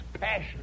passion